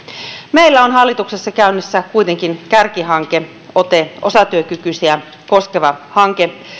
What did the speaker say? meillä on hallituksessa käynnissä kuitenkin kärkihanke ote osatyökykyisiä koskeva hanke joka